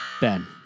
Ben